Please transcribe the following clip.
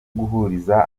guhuriza